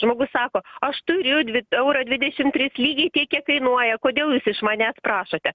žmogus sako aš turiu dvi eurą dvidešim tris lygiai tiek kiek kainuoja kodėl jūs iš manęs prašote